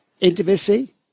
intimacy